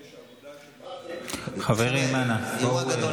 יש עבודה, חברים, אנא, בואו.